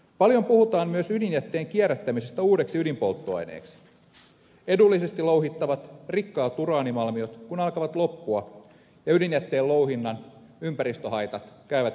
paljon puhutaan myös ydinjätteen kierrättämisestä uudeksi ydinpolttoaineeksi edullisesti louhittavat rikkaat uraanimalmiot kun alkavat loppua ja ydinjätteen louhinnan ympäristöhaitat käyvät yhä suuremmiksi